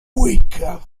weaker